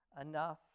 enough